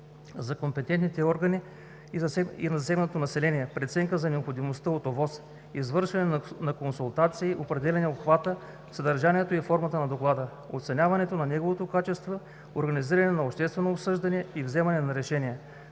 на компетентните органи и засегнатото население, преценка за необходимостта от ОВОС, извършване на консултации, определяне обхвата, съдържанието и формата на доклада, оценяване на неговото качество, организиране на обществено обсъждане и вземане на решение,